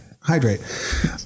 Hydrate